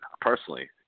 Personally